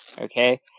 Okay